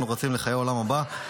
אנו רצים לחיי העולם הבא,